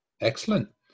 Excellent